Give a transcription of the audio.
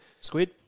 Squid